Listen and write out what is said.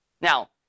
now